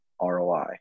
ROI